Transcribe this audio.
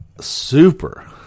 super